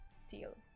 steal